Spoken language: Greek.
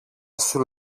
σου